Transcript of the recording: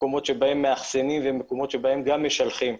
מקומות בהם מאחסנים ומקומות בהם גם משלחים.